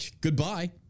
Goodbye